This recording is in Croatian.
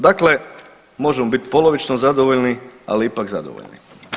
Dakle, možemo biti polovično zadovoljni, ali ipak zadovoljni.